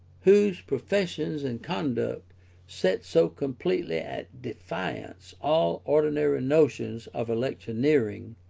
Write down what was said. whose professions and conduct set so completely at defiance all ordinary notions of electioneering,